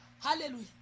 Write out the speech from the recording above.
Hallelujah